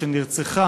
שנרצחה